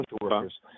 workers